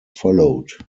followed